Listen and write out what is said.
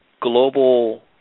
global